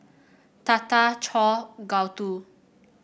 Tata Choor Gouthu